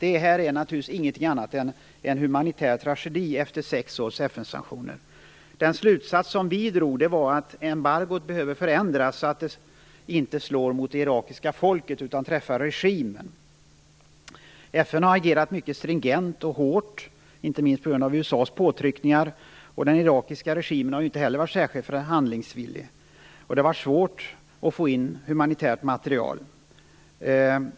Det är naturligtvis ingenting annat än en humanitär tragedi efter 6 år av FN-sanktioner. Den slutsats som vi drog var att embargot behöver förändras så att det inte slår mot det irakiska folket utan träffar regimen. FN har agerat mycket stringent och hårt, inte minst på grund av USA:s påtryckningar. Den irakiska regimen har inte heller varit särskilt förhandlingsvillig, och det har varit svårt att få in humanitärt material.